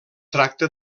tracta